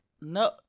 No